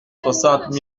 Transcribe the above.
soixante